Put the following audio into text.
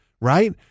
right